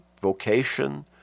vocation